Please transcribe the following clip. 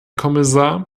kommissar